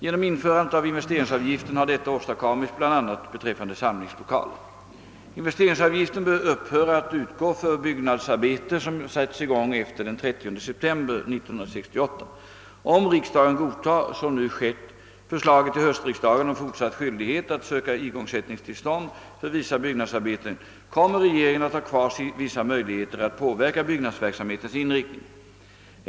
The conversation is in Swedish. Genom införandet av investeringsavgiften har detta åstadkommits bl, a. beträffande samlingslokaler. Investeringsavgiften upphör att utgå för byggnadsarbete som sätts i gång efter den 30 september 1968. Om riksdagen godtar förslaget till höstriksdagen om fortsatt skyldighet att söka igångsättningstillstånd för vissa byggnadsarbeten kommer regeringen att ha kvar vissa möjligheter att påverka byggnadsverksamhetens inriktning.